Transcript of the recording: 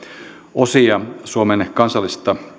osia suomen kansallista